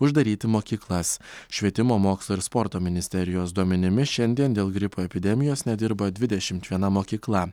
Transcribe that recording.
uždaryti mokyklas švietimo mokslo ir sporto ministerijos duomenimis šiandien dėl gripo epidemijos nedirba dvidešim viena mokykla